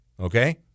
Okay